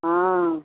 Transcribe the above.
ಹಾಂ